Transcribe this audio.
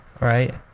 right